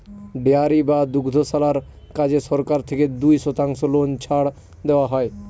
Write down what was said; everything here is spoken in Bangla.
ডেয়ারি বা দুগ্ধশালার কাজে সরকার থেকে দুই শতাংশ লোন ছাড় দেওয়া হয়